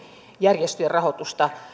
järjestöjen rahoitusta